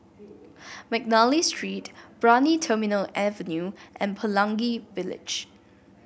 McNally Street Brani Terminal Avenue and Pelangi Village